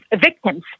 victims